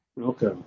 okay